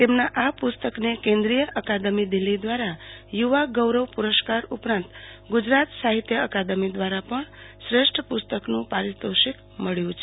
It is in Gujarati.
તેમના આ પુસ્તક ને કેન્દ્રીય અકાદમી દિલ્ફી દ્વારા યુવા ગૌરવ પુરસ્કાર ઉપરાંત ગુજરાત સાહિત્ય અકાદમી દ્વારા પણ શ્રેષ્ઠ પુસ્તકનું પારિતોષિક મબ્યું છે